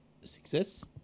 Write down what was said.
success